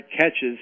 catches